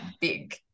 big